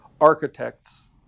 Architects